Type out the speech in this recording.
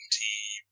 team